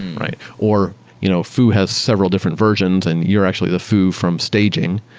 right? or you know foo has several different versions and you're actually the foo from staging,